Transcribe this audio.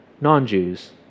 non-Jews